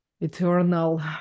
eternal